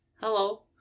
Hello